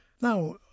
Now